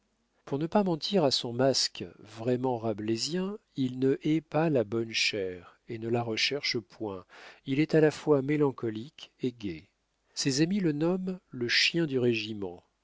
pour ne pas mentir à son masque vraiment rabelaisien il ne hait pas la bonne chère et ne la recherche point il est à la fois mélancolique et gai ses amis le nomment le chien du régiment